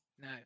No